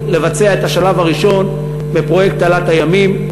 לבצע את השלב הראשון בפרויקט תעלת הימים,